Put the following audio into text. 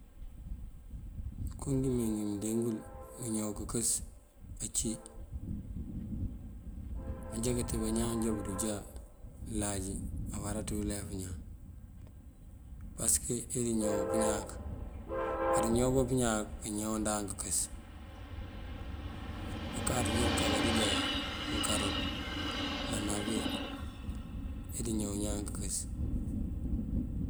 Ngënko ngí mëmee ngí mëndee ngul ngëñawu kënkës ací. Mantee bañaan já bunjá láaj awará ţí ulef ñan pasëk iñawu pëñáak, aduñawu bá pëñáak uñawandan kënkës. Bankáaţ adukakar runjá mënkarot ná nave idíñaw ñaan kënkës.